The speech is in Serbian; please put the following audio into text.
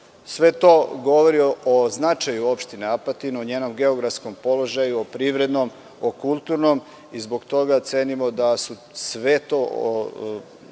Sve to govori o značaju opštine Apatin, o njenom geografskom položaju, o privrednom, o kulturnom i zbog toga cenimo da su sve to